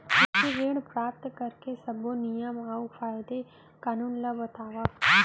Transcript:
कृषि ऋण प्राप्त करेके सब्बो नियम अऊ कायदे कानून ला बतावव?